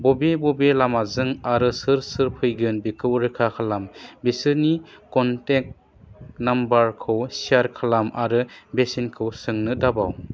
बबे बबे लामाजों आरो सोर सोर फैगोन बेखौ रोखा खालाम बिसोरनि कन्टेक्ट नाम्बारखौ शेयार खालाम आरो बेसेनखौ सोंनो दाबाव